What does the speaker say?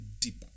deeper